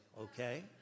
okay